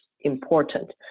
important